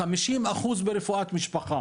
כ-50% ברפואת משפחה,